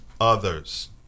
others